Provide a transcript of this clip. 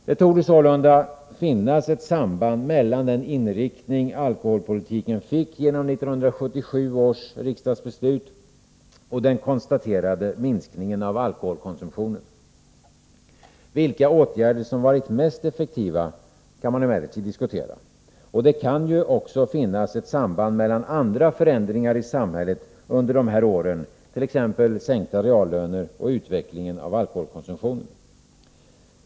Det torde sålunda finnas ett samband mellan den inriktning alkoholpolitiken fick genom 1977 års riksdagsbeslut och den konstaterade minskningen av alkoholkonsumtionen. Vilka åtgärder som varit mest effektiva kan emellertid diskuteras. Det kan också finnas ett samband mellan andra förändringar i samhället under de här åren, t.ex. sänkta reallöner och utvecklingen av alkoholkonsumtionen.